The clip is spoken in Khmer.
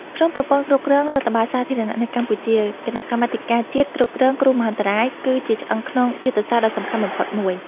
ក្នុងប្រព័ន្ធគ្រប់គ្រងរដ្ឋបាលសាធារណៈនៅកម្ពុជា គណៈកម្មាធិការជាតិគ្រប់គ្រងគ្រោះមហន្តរាយ គឺជាឆ្អឹងខ្នងយុទ្ធសាស្ត្រដ៏សំខាន់បំផុតមួយ។